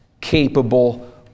capable